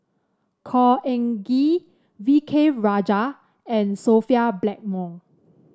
Khor Ean Ghee V K Rajah and Sophia Blackmore